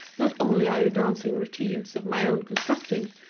not only are you dancing routines of my own constructing,